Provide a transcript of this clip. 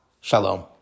Shalom